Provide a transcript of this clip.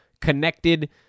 connected